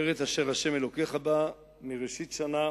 ארץ אשר עיני השם אלוקיך בה מראשית שנה